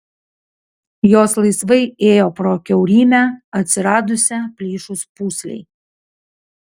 jos laisvai ėjo pro kiaurymę atsiradusią plyšus pūslei